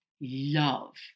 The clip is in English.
love